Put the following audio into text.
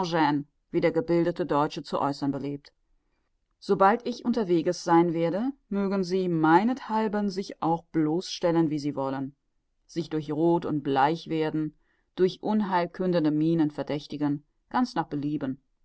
wie der gebildete deutsche zu äußern beliebt sobald ich unterweges sein werde mögen sie meinethalben sich auch bloß stellen wie sie wollen sich durch roth und bleichwerden durch unheilkündende mienen verdächtigen ganz nach belieben